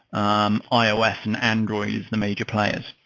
um ios and android is the major players.